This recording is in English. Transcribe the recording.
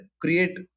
create